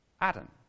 Adam